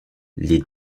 les